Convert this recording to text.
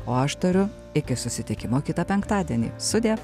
o aš tariu iki susitikimo kitą penktadienį sudie